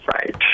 Right